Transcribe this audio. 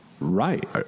Right